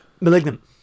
Malignant